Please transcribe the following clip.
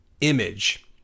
Image